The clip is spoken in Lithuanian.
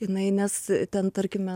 jinai nes ten tarkime